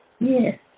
Yes